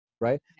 right